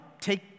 take